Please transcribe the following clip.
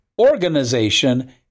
organization